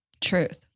Truth